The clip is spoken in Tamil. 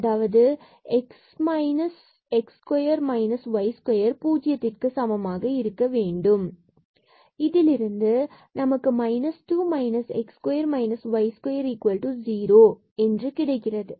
அதாவது இது x 2 minus x square minus y square பூஜ்ஜியத்திற்கு சமமாக இருக்க வேண்டும் 2 x0 எனவே இதிலிருந்து தற்பொழுது 2 y0 இதைப் போன்று நமக்கு கிடைக்கிறது